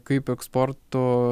kaip eksporto